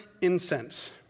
incense